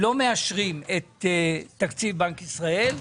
לא מאשרים את תקציב בנק ישראל,